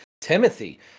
Timothy